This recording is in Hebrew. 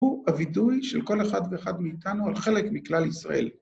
‫הוא הווידוי של כל אחד ואחד מאיתנו ‫על חלק מכלל ישראל.